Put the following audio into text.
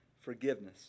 forgiveness